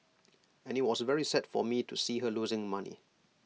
and IT was very sad for me to see her losing money